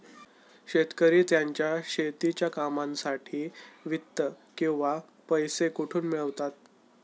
शेतकरी त्यांच्या शेतीच्या कामांसाठी वित्त किंवा पैसा कुठून मिळवतात?